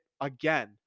again